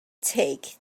take